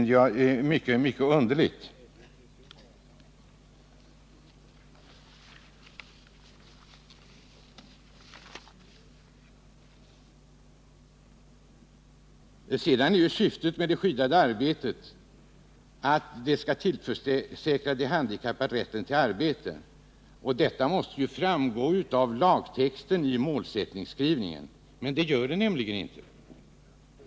Syftet med det skyddade arbetet är att de handikappade skall tillförsäkras rätt till arbete. Detta måste då framgå av lagtexten i målsättningsskrivningen. Men det gör det inte.